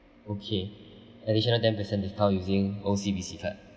okay additional ten percent discount using O_C_B_C card